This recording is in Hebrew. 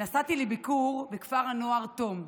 נסעתי לביקור בכפר הנוער תו"ם.